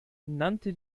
nannte